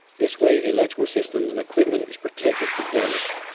this way the electrical systems and equipment is protected from damage.